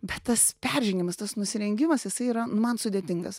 bet tas peržengimas tas nusirengimas jisai yra nu man sudėtingas